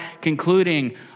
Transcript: concluding